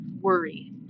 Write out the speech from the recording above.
worry